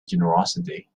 generosity